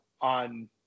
on